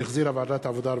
שהחזירה ועדת העבודה,